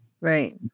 Right